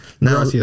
Now